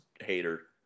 hater